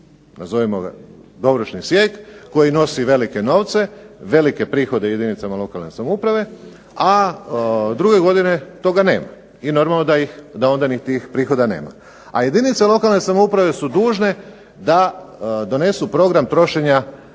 razumije se./… sjek koji nosi velike novce, velike prihode jedinicama lokalne samouprave, a druge godine toga nema, i normalno da ih, da onda ni tih prihoda nema. A jedinice lokalne samouprave su dužne da donesu program trošenja